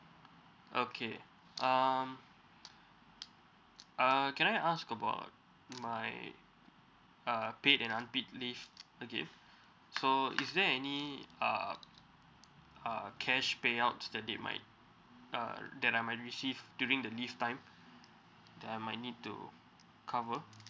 okay um uh can I ask about my uh paid and unpaid leave again so is there any uh uh cash payouts that they might uh that I may receive during the leave time that I might need to cover